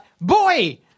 Boy